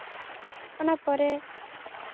ᱚᱱᱟ ᱯᱚᱨᱮ